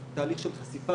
זה תהליך של חשיפה,